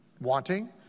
wanting